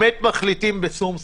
מחליטים בשום שכל.